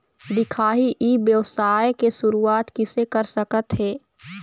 दिखाही ई व्यवसाय के शुरुआत किसे कर सकत हे?